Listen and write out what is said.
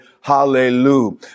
hallelujah